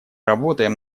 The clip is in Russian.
работаем